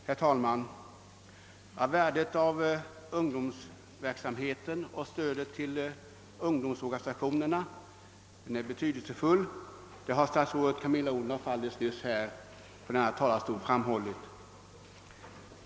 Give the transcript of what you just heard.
Herr talman! Statsrådet Camilla Odhnoff har alldeles nyss från denna talarstol framhållit värdet av ungdomsverksamheten och av stödet till ungdomsorganisationerna.